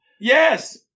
Yes